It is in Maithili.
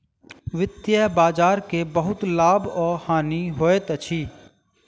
वित्तीय बजार के बहुत लाभ आ हानि होइत अछि